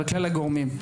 וכלל הגורמים,